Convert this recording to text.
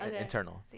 internal